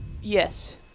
Yes